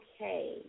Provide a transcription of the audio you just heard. Okay